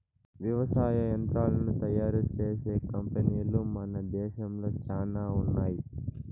వ్యవసాయ యంత్రాలను తయారు చేసే కంపెనీలు మన దేశంలో చానా ఉన్నాయి